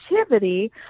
activity